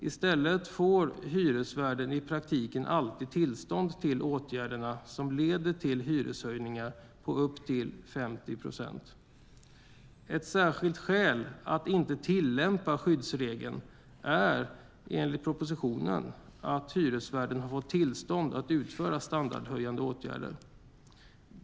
I stället får hyresvärden i praktiken alltid tillstånd till åtgärderna som leder till hyreshöjningar på upp till 50 procent. Ett särskilt skäl att inte tillämpa skyddsregeln är enligt propositionen att hyresvärden har fått tillstånd att utföra standardhöjande åtgärder.